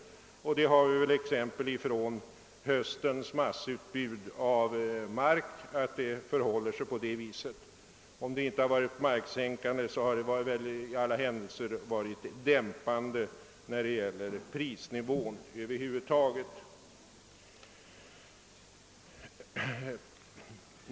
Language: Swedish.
Att det förhåller sig på det sättet har vi exempel på från höstens massutbud av mark. Om utbuden inte varit prissänkande, har de i alla händelser dämpat prisnivån.